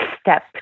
step